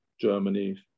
Germany